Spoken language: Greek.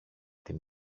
την